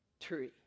tree